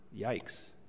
Yikes